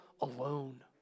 alone